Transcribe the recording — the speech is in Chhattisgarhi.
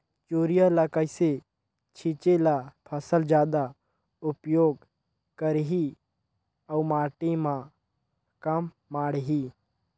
युरिया ल कइसे छीचे ल फसल जादा उपयोग करही अउ माटी म कम माढ़ही?